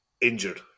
injured